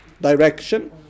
direction